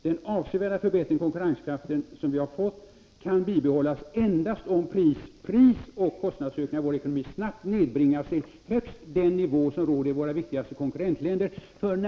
Den avsevärda förbättring av konkurrenskraften som vi har fått kan bibehållas endast om prisoch kostnadsökningarna i vår ekonomi snabbt nedbringas till högst den nivå som råder i våra viktigaste konkurrentländer — f. n.